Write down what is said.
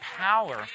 power